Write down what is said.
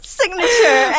signature